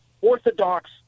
orthodox